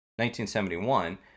1971